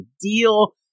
deal